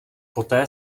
poté